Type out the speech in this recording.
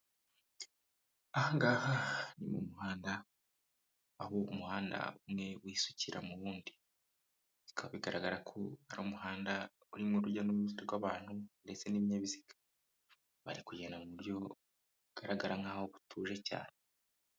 Aha ngaha ni mu muhanda, aho umuhanda umwe wisukira mu wundi, bikaba bigaragara ko ari umuhanda urimo urujya n'uruza rw'abantu, ndetse n'ibinyabiziga, bari kugenda mu buryo bugaragara nk'aho butuje cyane.